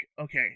okay